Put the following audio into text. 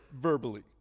verbally